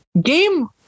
game